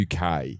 UK